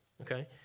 okay